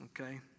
Okay